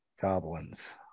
goblins